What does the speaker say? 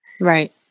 Right